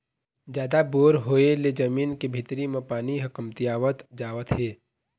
जादा बोर होय ले जमीन के भीतरी म पानी ह कमतियावत जावत हे